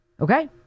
Okay